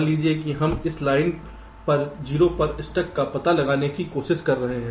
मान लीजिए हम इस लाइन पर 0 पर स्टक का पता लगाने की कोशिश कर रहे हैं